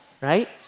right